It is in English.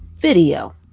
video